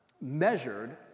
measured